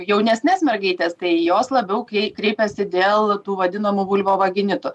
jaunesnes mergaites tai jos labiau krei kreipiasi dėl tų vadinamų vulvovaginitų